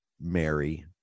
Mary